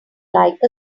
like